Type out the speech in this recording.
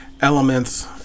elements